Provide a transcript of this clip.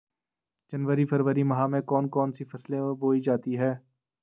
जनवरी फरवरी माह में कौन कौन सी फसलें बोई जाती हैं?